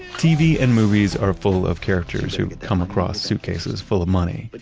tv and movies are full of characters who come across suitcases full of money. but